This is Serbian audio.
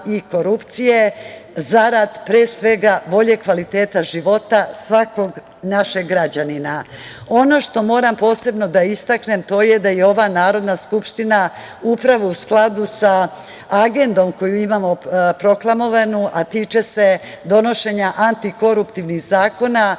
i korupcije, zarad pre svega boljeg kvaliteta života svakog našeg građana. Ono što moram posebno da istaknem to je da je ova Narodna skupština upravo u skladu sa agendnom koju imamo proklamovanu, a tiče se donošenja antikoruptivnih zakona